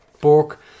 Bork